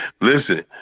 Listen